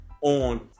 on